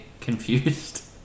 confused